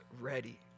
ready